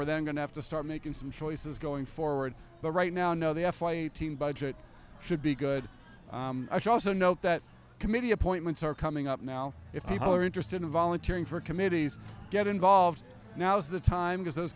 where they're going to have to start making some choices going forward but right now no the f eighteen budget should be good i should also note that committee appointments are coming up now if people are interested in voluntary for committees get involved now's the time because those